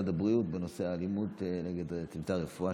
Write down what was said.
הבריאות בנושא האלימות נגד צוותי הרפואה,